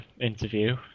interview